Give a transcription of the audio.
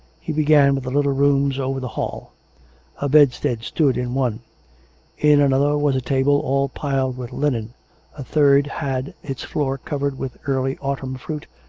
he began with the little rooms over the hall a bedstead stood in one in another was a table all piled with linen a third had its floor covered with early autumn fruit,